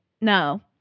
no